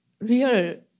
real